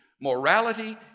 Morality